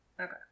Okay